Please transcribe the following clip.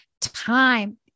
Time